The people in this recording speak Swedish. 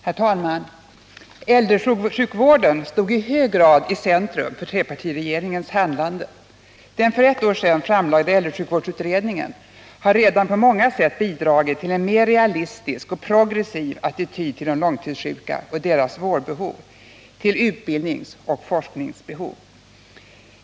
Herr talman! Äldresjukvården stod i hög grad i centrum för trepartiregeringens handlande. Den för ett år sedan framlagda äldresjukvårdsutredningen har redan på många sätt bidragit till en mer realistisk och progressiv attityd till de långtidssjuka och deras vårdbehov samt till utbildningsoch forskningsbehov.